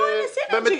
לא, הנה, "סינרג'י".